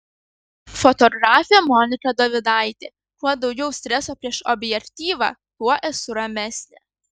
fotografė monika dovidaitė kuo daugiau streso prieš objektyvą tuo esu ramesnė